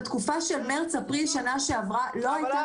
בתקופה של מרץ-אפריל שנה שעברה לא הייתה